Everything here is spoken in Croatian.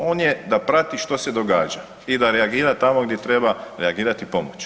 On je da prati što se događa i da reagira tamo gdje treba reagirat i pomoć.